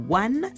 one